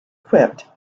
quipped